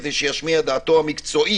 כדי שישמיע את דעתו המקצועית